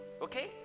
Okay